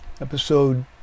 episode